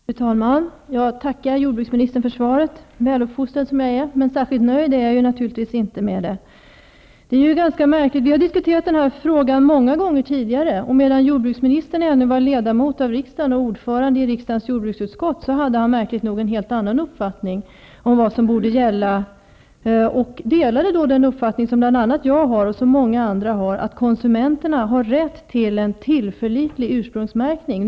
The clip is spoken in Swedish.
Fru talman! Jag tackar jordbruksministern för svaret -- väluppfostrad som jag är -- men särskilt nöjd är jag naturligtvis inte. Vi har diskuterat den här frågan många gånger tidigare, och när jordbruksministern ännu var ledamot av riksdagen och ordförande i riksdagens jordbruksutskott hade han märkligt nog en helt annan uppfattning om vad som borde gälla. Han delade då den uppfattning som jag och många andra har, dvs. att konsumenterna har rätt att få en tillförlitlig ursprungsmärkning.